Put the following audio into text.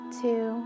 two